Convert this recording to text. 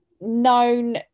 known